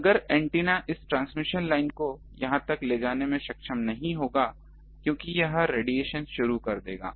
यह एंटीना इस transmission line को यहां तक ले जाने में सक्षम नहीं होगा क्योंकि यह रेडिएशन करना शुरू कर देगा